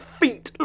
feet